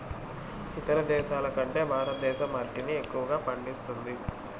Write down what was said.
ఇతర దేశాల కంటే భారతదేశం అరటిని ఎక్కువగా పండిస్తుంది